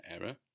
error